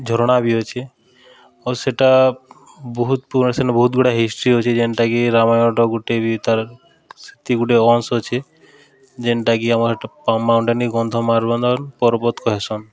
ଝରଣା ବି ଅଛେ ଆଉ ସେଟା ବହୁତ୍ ପୁରୁଣା ସେନେ ବହୁତ୍ ଗୁଡ଼ା ହିଷ୍ଟ୍ରି ଅଛେ ଯେନ୍ଟାକି ରାମାୟଣର ଗୋଟେ ବି ତାର୍ ସେତି ଗୁଟେ ଅଂଶ ଅଛେ ଯେନ୍ଟାକି ଆମର ମାଉଣ୍ଟାନ୍କେ ଗନ୍ଧମାର୍ଦନ ପର୍ବତ୍ କହେସନ୍